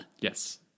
yes